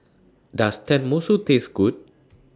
Does Tenmusu Taste Good